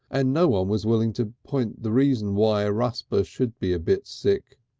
and no one was willing to point the reason why ah rusper should be a bit sick.